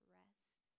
rest